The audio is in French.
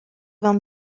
vingt